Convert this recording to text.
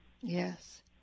Yes